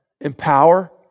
empower